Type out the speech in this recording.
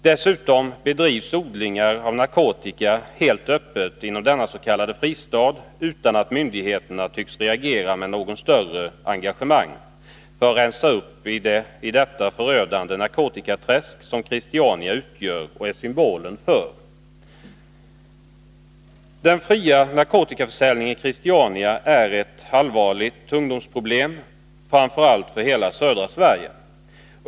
Dessutom bedrivs odlingar av narkotika helt öppet inom denna s.k. fristad, utan att myndigheterna tycks reagera med något större engagemang för att rensa upp i detta förödande narkotikaträsk som Christiania utgör och är symbolen för. Den fria narkotikaförsäljningen i Christiania är ett allvarligt ungdomsproblem, framför allt för hela södra Sverige.